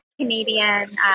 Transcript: Canadian